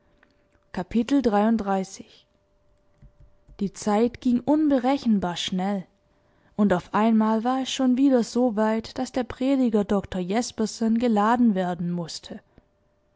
die zeit ging unberechenbar schnell und auf einmal war es schon wieder so weit daß der prediger dr jespersen geladen werden mußte